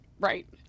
Right